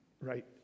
right